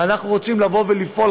ואנחנו רוצים לפעול,